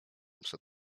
przed